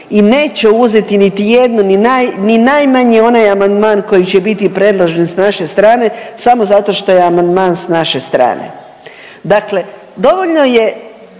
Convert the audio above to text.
i neće uzeti niti jednu ni najmanji onaj amandman koji će biti predložen sa naše strane samo zato što je amandman sa naše strane. Dakle, dovoljno je